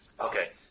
Okay